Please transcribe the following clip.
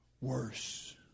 Worse